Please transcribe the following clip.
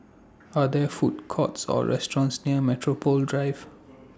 Are There Food Courts Or restaurants near Metropole Drive